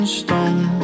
stone